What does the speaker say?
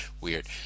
weird